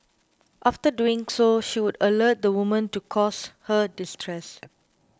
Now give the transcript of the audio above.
after doing so she would alert the woman to cause her distress